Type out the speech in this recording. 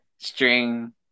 String